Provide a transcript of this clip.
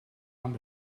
amb